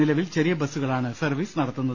നിലവിൽ ചെറിയ ബസുകളാണ് സർവീസ് നടത്തുന്നത്